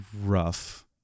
rough